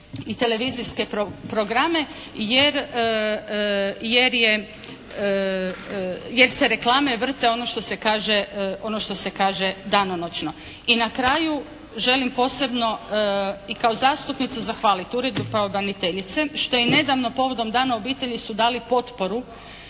i televizijske programe jer je, jer se reklame vrte ono što se kaže danonoćno. I na kraju želim posebno i kao zastupnica zahvaliti Uredu pravobraniteljice što je i nedavno povodom dana obitelji su dali potporu